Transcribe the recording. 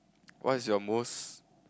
what is your most